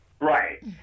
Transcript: Right